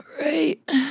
right